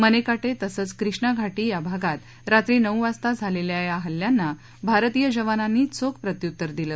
मनेका तसंच क्रिष्णा घारी या भागात रात्री नऊ वाजता झालेल्या या हल्ल्यांना भारतीय जवानांनी चोख प्रत्युत्तर दिलं